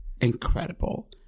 incredible